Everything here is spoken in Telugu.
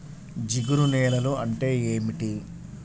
జిగురు నేలలు అంటే ఏమిటీ?